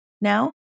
now